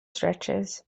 stretches